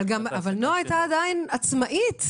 אבל נעה הייתה עדיין עצמאית.